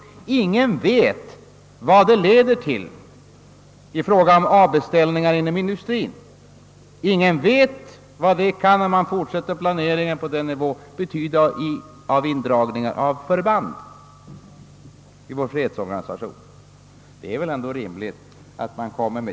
Ingen vet vart det leder i fråga om avbeställningar inom industrien, ingen vet vad det, om man fortsätter planeringen på den nivån, kan betyda i fråga om indragningar av förband i vår fredsorganisation.